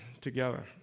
together